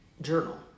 journal